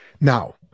Now